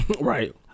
Right